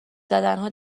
زدنها